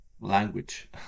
language